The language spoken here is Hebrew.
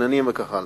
המסתננים וכן הלאה.